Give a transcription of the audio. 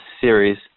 series